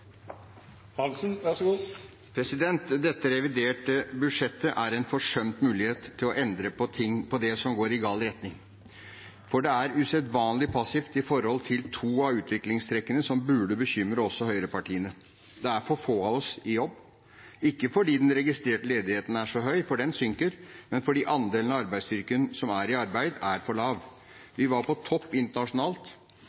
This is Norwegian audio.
Dette reviderte budsjettet er en forsømt mulighet til å endre på det som går i gal retning, for det er usedvanlig passivt med tanke på to av utviklingstrekkene som burde bekymre også høyrepartiene: Det er for få av oss i jobb, ikke fordi den registrerte ledigheten er så høy, for den synker, men fordi andelen av arbeidsstyrken som er i arbeid, er for